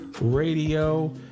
Radio